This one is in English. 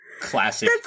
classic